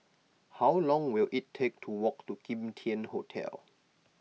how long will it take to walk to Kim Tian Hotel